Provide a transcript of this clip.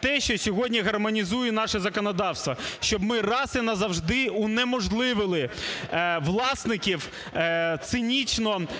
те, що сьогодні гармонізує наше законодавство, щоб ми раз і назавжди унеможливили власників цинічно робити